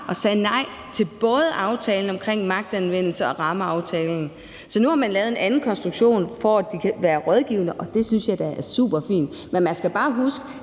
og sagde nej til både aftalen om magtanvendelse og rammeaftalen. Så nu har man lavet en anden konstruktion, for at de kan være rådgivende, og det synes jeg da er superfint. Men man skal bare huske,